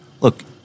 Look